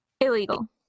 Illegal